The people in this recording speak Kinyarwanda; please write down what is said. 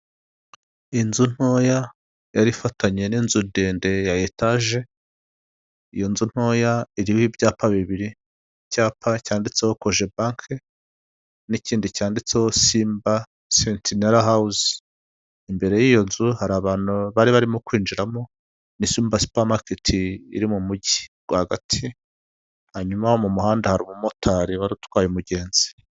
Inzu ntoya yari ifatanye n'inzu ndende ya etaje, iyo nzu ntoya iriho ibyapa bibiri, icyapa cyanditseho kojebanke n'ikindi cyanditseho simba setinara hawuze, imbere y'iyo nzu hari abantu bari barimo kwinjiramo ni simba supamaketi, iri mu mujyi rwagati, hanyuma mu muhanda hari umumotari wari utwaye umugenzi.